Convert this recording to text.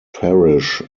parish